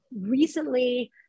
recently